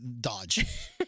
Dodge